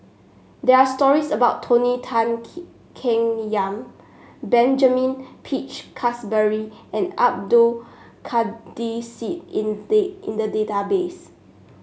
there are stories about Tony Tan Keng Yam Benjamin Peach Keasberry and Abdul Kadir Syed in in the database